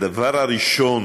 הדבר הראשון